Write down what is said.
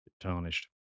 tarnished